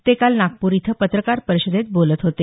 ते काल नागपूर इथं पत्रकार परिषदेत बोलत होते